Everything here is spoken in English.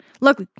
look